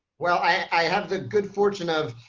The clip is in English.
well, i have the good fortune of,